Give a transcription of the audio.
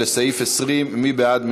לסעיף 20. מי בעד?